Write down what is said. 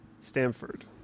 stanford